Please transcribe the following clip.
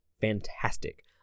fantastic